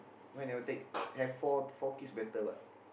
why never take have four four kids better what